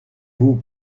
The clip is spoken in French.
vous